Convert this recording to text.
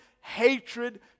hatred